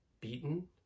beaten